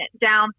down